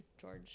George